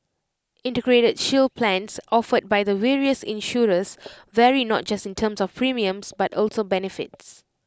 integrated shield plans offered by the various insurers vary not just in terms of premiums but also benefits